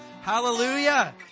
Hallelujah